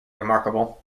remarkable